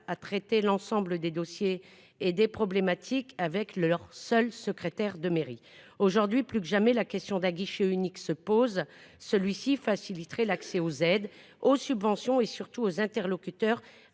à traiter l'ensemble des dossiers et des problématiques avec le leur seul secrétaire de mairie aujourd'hui plus que jamais la question d'un guichet unique se pose celui-ci faciliterait l'accès aux aides aux subventions et surtout aux interlocuteurs